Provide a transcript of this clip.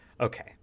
okay